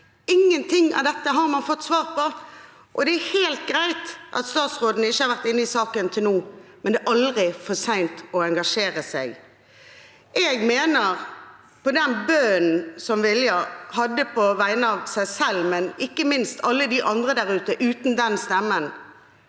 Ingenting av dette har man fått svar på. Det er helt greit at statsråden ikke har vært inne i saken til nå, men det er aldri for sent å engasjere seg. Jeg mener at den bønnen til ministeren som Vilja hadde på vegne av seg selv, men ikke minst på vegne av alle de andre der ute uten den stemmen,